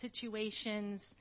situations